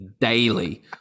daily